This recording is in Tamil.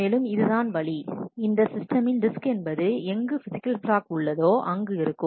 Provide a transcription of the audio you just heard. மேலும் இதுதான் வழி இந்த சிஸ்டமின் டிஸ்க் என்பது எங்கு பிசிகல் பிளாக் உள்ளதோ அங்கு இருக்கும்